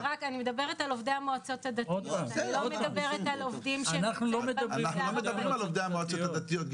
אנחנו לא מדברים על עובדי המועצות הדתיות.